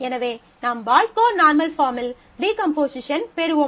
எனவே நாம் Boyce Codd normal பாஃர்ம்மில் டீகம்போசிஷன் பெறுவோம்